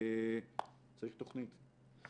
צריך תכנית.